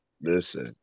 listen